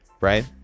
Right